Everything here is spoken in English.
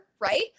right